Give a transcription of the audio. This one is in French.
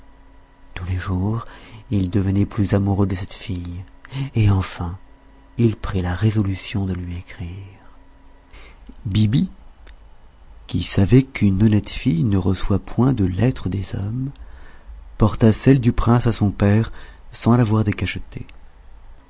tous les jours il devenait plus amoureux de cette fille et enfin il prit la résolution de lui écrire biby qui savait qu'une honnête fille ne reçoit point de lettres des hommes porta celle du prince à son père sans l'avoir décachetée